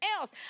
else